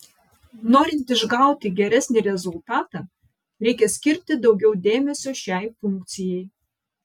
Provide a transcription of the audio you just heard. norint išgauti geresnį rezultatą reikia skirti daugiau dėmesio šiai funkcijai